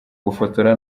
gufotora